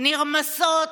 נרמסות